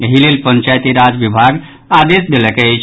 एहि लेल पंचायती राज विभाग आदेश देलक अछि